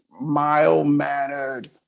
mild-mannered